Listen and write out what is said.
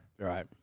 Right